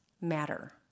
matter